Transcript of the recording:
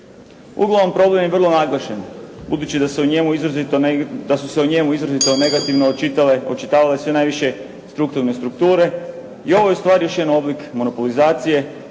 Uglavnom, problem je vrlo naglašen. Budući da se u njemu izrazito, da su se o njemu izrazito negativno očitale, očitavale sve najviše strukturne strukture i ovo je u stvari još jedan oblik monopolizacije